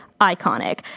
iconic